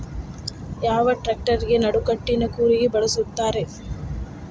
ಯಾವ ಟ್ರ್ಯಾಕ್ಟರಗೆ ನಡಕಟ್ಟಿನ ಕೂರಿಗೆ ಬಳಸುತ್ತಾರೆ?